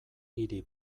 hiri